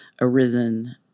arisen